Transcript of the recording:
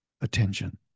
attention